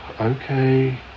Okay